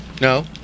No